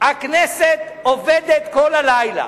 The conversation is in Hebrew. הכנסת עובדת כל הלילה.